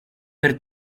per